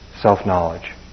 self-knowledge